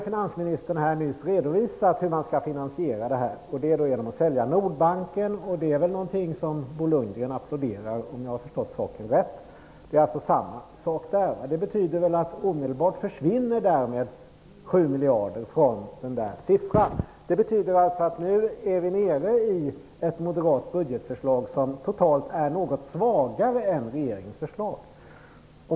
Finansministern har här nyss redovisat hur RAS skall finansieras, nämligen genom att Nordbanken säljs, och det är väl, om jag har förstått saken rätt, något som Bo Lundgren applåderar. Det är alltså samma sak här. Det betyder att det därmed omedelbart försvinner 7 miljarder från den siffran. Nu är vi nere i ett moderat budgetförslag som totalt sett är något svagare än regeringens förslag.